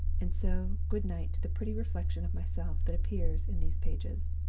and so good-night to the pretty reflection of myself that appears in these pages!